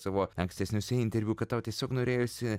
savo ankstesniuose interviu kad tau tiesiog norėjosi